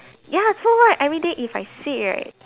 ya so what everyday if I say right